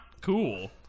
cool